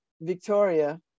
Victoria